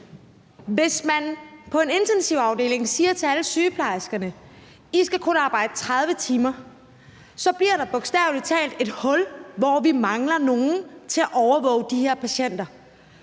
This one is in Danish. Hvis man på en intensivafdeling siger til alle sygeplejerskerne, at de kun skal arbejde 30 timer, så bliver der bogstavelig talt et hul, hvor vi mangler nogle til at overvåge de her patienter.